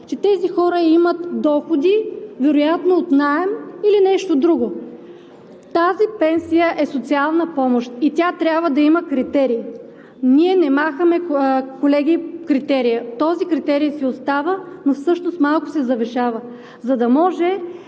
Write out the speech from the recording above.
че тези хора имат доходи вероятно от наем или нещо друго. Тази пенсия е социална помощ и тя трябва да има критерии. Ние не махаме, колеги, критерия. Този критерий си остава, но всъщност малко се завишава, за да може